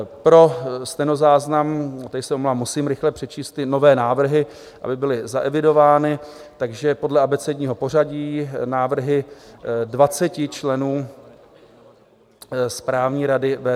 Pro stenozáznam tady se omlouvám, musím rychle přečíst ty nové návrhy, aby byly zaevidovány, takže podle abecedního pořadí návrhy 20 členů Správní rady VZP.